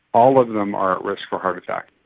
all of them are at risk of heart attack,